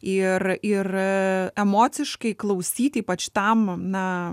ir ir a emociškai klausyt ypač tam na